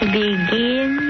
begin